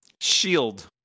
Shield